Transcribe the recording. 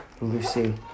Lucy